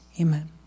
Amen